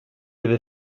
avait